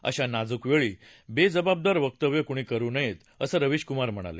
अशा नाजूक वेळी बेजबाबदार वक्तव्य कुणी करू नयेत असं रविश कुमार म्हणाले